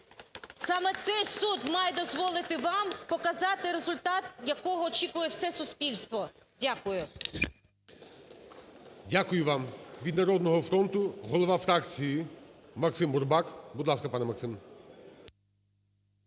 Саме цей суд має дозволити вам показати результат, якого очікує все суспільство. Дякую. ГОЛОВУЮЧИЙ. Дякую вам. Від "Народного фронту" - голова фракції Максим Бурбак. Будь ласка, пане Максим.